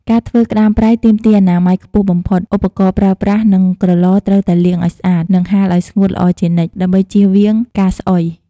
ការធ្វើក្ដាមប្រៃទាមទារអនាម័យខ្ពស់បំផុត ឧបករណ៍ប្រើប្រាស់ និងក្រឡត្រូវតែលាងឲ្យស្អាត និងហាលឲ្យស្ងួតល្អជានិច្ច ដើម្បីជៀសវាងការស្អុយ។